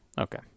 Okay